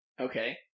okay